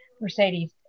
Mercedes